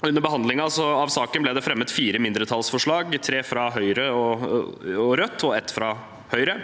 Under behandlingen av saken ble det fremmet fire mindretallsforslag – tre fra Høyre og Rødt og ett fra Høyre.